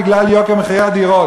בגלל יוקר הדירות.